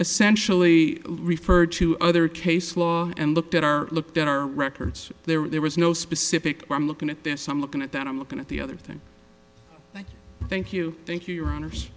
essentially referred to other case law and looked at our looked at our records there was no specific i'm looking at this some looking at that i'm looking at the other thing like thank you thank you your honors